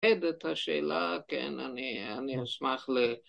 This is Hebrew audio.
‫עד את השאלה, כן, אני אשמח ל...